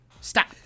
Stop